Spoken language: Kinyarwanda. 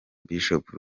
bishop